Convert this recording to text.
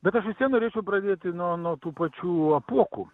bet aš vis vien norėčiau pradėti nuo nuo tų pačių apuokų